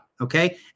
okay